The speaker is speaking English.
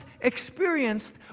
experienced